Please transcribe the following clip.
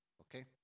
Okay